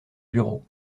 bureaux